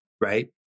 right